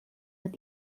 hat